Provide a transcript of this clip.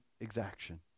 exaction